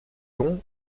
dont